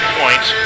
points